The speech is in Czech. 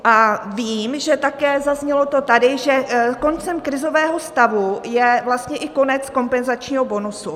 A vím, že také, zaznělo to tady, že s koncem krizového stavu je vlastně i konec kompenzačního bonusu.